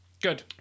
good